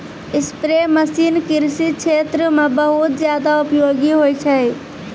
spray machine कृषि क्षेत्र म बहुत जादा उपयोगी होय छै